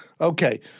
Okay